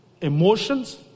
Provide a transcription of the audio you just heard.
emotions